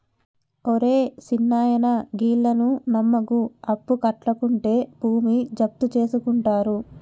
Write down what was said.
ఒరే సిన్నాయనా, గీళ్లను నమ్మకు, అప్పుకట్లకుంటే భూమి జప్తుజేసుకుంటరు